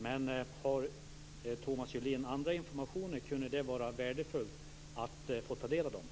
Om Thomas Julin har annan information kunde det vara värdefullt att få ta del av den.